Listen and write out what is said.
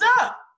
up